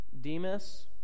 demas